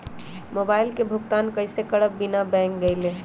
Mobile के भुगतान कईसे कर सकब बिना बैंक गईले?